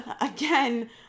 again